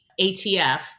ATF